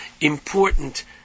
important